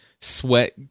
sweat